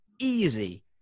easy